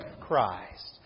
Christ